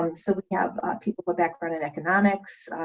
um so we have people with background in economics,